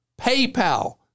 PayPal